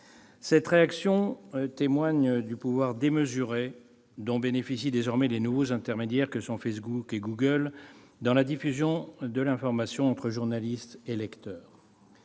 Cette réaction témoigne du pouvoir démesuré dont bénéficient désormais les nouveaux intermédiaires que sont Facebook et Google dans la diffusion de l'information entre journalistes et lecteurs.